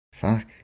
fuck